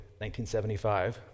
1975